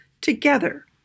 Together